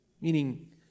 meaning